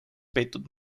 peetud